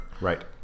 Right